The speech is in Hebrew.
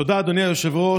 תודה, אדוני היושב-ראש.